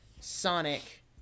Sonic